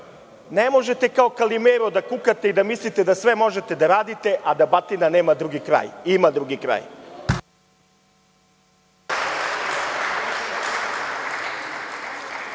možete kao Kalimero da kukate i da mislite da sve možete da radite, a da batina nema drugi kraj. Ima drugi kraj.